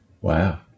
Wow